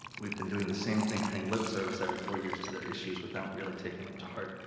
we've been doing the same thing, paying lip service every four years to their issues without really taking them to heart.